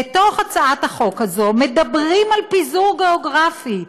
בהצעת החוק הזאת מדברים על פיזור גיאוגרפי.